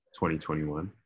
2021